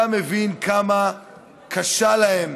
אתה מבין כמה קשה להם